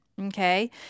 Okay